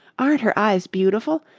aren't her eyes beautiful?